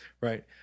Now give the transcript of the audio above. right